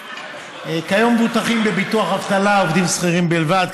כיום מבוטחים בביטוח אבטלה עובדים שכירים בלבד,